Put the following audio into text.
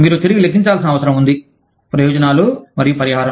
మీరు తిరిగి లెక్కించాల్సిన అవసరం ఉంది ప్రయోజనాలు మరియు పరిహారం